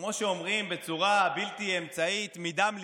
כמו שאומרים בצורה בלתי אמצעית, מדם ליבי,